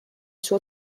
suo